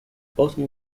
bottom